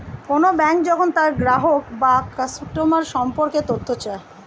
কোন ব্যাঙ্ক যখন তার গ্রাহক বা কাস্টমার সম্পর্কে তথ্য চায়